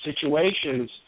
situations